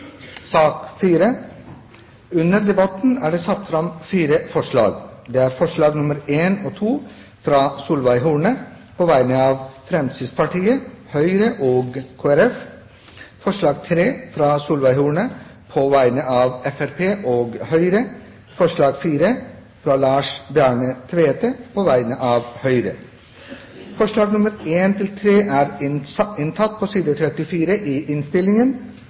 sak nr. 3 foreligger det ikke noe voteringstema. Under debatten er det satt fram fire forslag. Det er forslagene nr. 1 og 2, fra Solveig Horne på vegne av Fremskrittspartiet, Høyre og Kristelig Folkeparti forslag nr. 3, fra Solveig Horne på vegne av Fremskrittspartiet og Høyre forslag nr. 4, fra Lars Bjarne Tvete på vegne av Høyre Forslagene nr. 1–3 er inntatt på s. 34 i innstillingen,